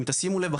אם תשימו לב,